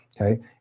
okay